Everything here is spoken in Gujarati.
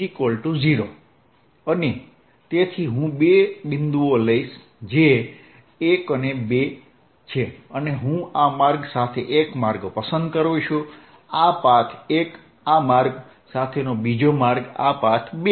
ds0 અને તેથી હું બે બિંદુઓ લઈશ જે 1 અને 2 છે અને હું આ માર્ગ સાથે 1 માર્ગ પસંદ કરું છું આ પાથ 1 આ માર્ગ સાથેનો બીજો માર્ગ આ પાથ 2